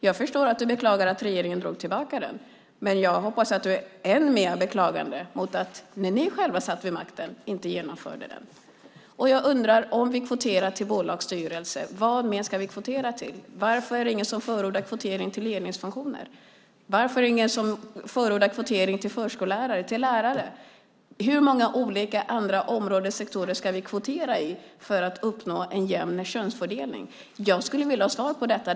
Jag förstår att du beklagar att regeringen drog tillbaka den, men jag hoppas att du än mer beklagar att ni när ni själva satt vid makten inte genomförde den. Om vi kvoterar till bolagsstyrelser undrar jag: Vad mer ska vi kvotera till? Varför är det ingen som förordar kvotering till ledningsfunktioner? Varför är det ingen som förordar kvotering till förskollärare eller till lärare? Hur många olika andra områden och sektorer ska vi kvotera inom för att uppnå en jämn könsfördelning? Jag skulle vilja ha svar på det.